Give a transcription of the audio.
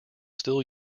still